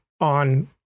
on